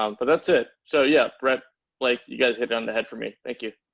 um but that's it. so yeah, brett like you guys have done the head for me. thank you.